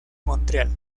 montreal